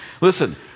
Listen